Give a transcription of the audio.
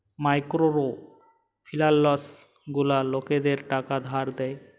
micro ফিলালস গুলা লকদের টাকা ধার দেয়